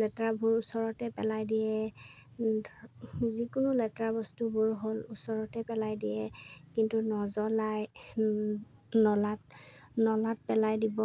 লেতেৰাবোৰ চবতে পেলাই দিয়ে যিকোনো লেতেৰা বস্তুবোৰ হ'ল ওচৰতে পেলাই দিয়ে কিন্তু নজ্বলাই নলাত নলাত পেলাই দিব